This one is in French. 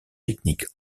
techniques